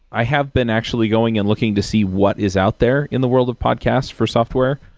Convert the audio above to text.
i have been actually going and looking to see what is out there in the world of podcasts for software,